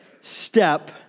step